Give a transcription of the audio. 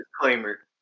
disclaimer